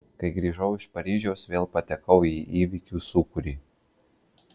kai grįžau iš paryžiaus vėl patekau į įvykių sūkurį